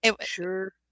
Sure